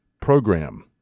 program